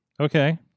Okay